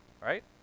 right